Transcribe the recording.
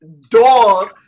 dog